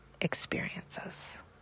experiences